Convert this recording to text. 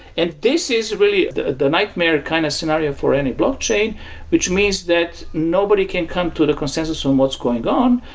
and this is really the the nightmare kind of scenario for any blockchain, which means that nobody can come to the consensus of what's going on,